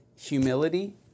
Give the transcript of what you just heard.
humility